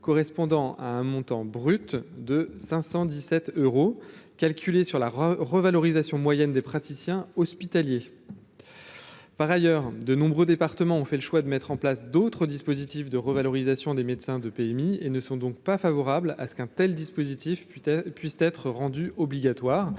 correspondant à un montant brut de 517 euros, calculée sur la revalorisation moyenne des praticiens hospitaliers. Par ailleurs, de nombreux départements ont fait le choix de mettre en place, d'autres dispositifs de revalorisation des médecins de PMI et ne sont donc pas favorable à ce qu'un tel dispositif peut-être puissent être rendus obligatoire